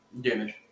Damage